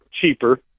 cheaper